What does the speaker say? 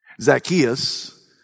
Zacchaeus